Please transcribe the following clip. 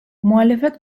muhalefet